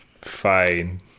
fine